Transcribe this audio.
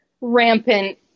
rampant